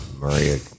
Maria